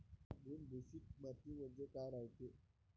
भुसभुशीत माती म्हणजे काय रायते?